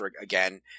again